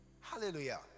Hallelujah